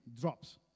drops